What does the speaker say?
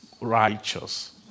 righteous